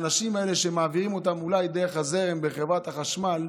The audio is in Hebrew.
האנשים האלה שמעבירים אותם אולי דרך הזרם בחברת החשמל,